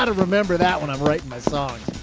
but remember that when i'm writing my songs.